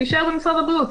זה יישאר במשרד הבריאות.